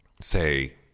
say